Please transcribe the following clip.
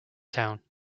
town